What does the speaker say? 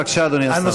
בבקשה, אדוני השר.